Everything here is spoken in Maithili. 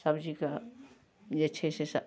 सबजीके जे छै से स